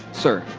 sir.